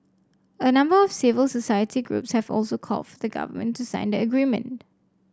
a number of civil society groups have also called for the Government to sign the agreement